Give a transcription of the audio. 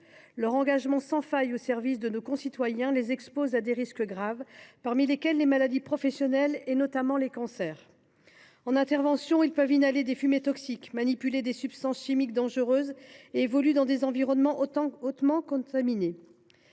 Leur engagement sans faille au service de nos concitoyens les expose à des risques graves, parmi lesquels figurent les maladies professionnelles, notamment les cancers. Lors d’une intervention, il arrive qu’ils inhalent des fumées toxiques, manipulent des substances chimiques dangereuses et évoluent dans des environnements hautement contaminés,